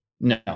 No